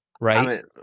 Right